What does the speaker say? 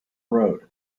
road